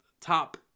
top